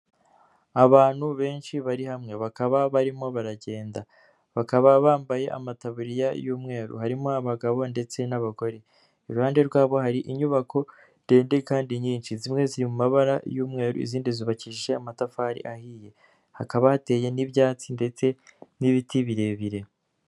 Abantu benshi bari hamwe bakaba barimo baragenda, bakaba bambaye amataburiya y'umweru, harimo abagabo ndetse n'abagore, iruhande rwabo hari inyubako ndende kandi nyinshi, zimwe ziri mu mabara y'umweru, izindi zubakishije amatafari ahiye, hakaba hateye n'ibyatsi ndetse n'ibiti birebire.